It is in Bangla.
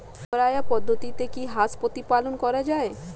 ঘরোয়া পদ্ধতিতে কি হাঁস প্রতিপালন করা যায়?